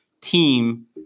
team